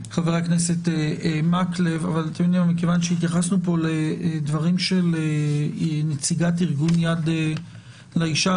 מכיוון שהתייחסנו פה לדברים של נציגת ארגון 'יד לאישה',